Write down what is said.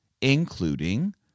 including